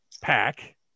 pack